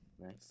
Nice